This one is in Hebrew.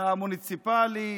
למוניציפלי,